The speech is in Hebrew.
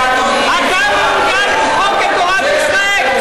מעניין אותך רק למחוק את תורת ישראל.